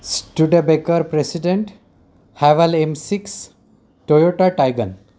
Studebaker President Haval M six Toyota Taigun